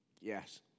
Yes